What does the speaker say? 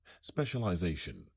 specialization